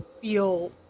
feel